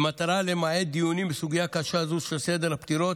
במטרה למעט דיונים בסוגיה קשה זו של סדר הפטירות,